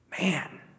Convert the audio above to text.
Man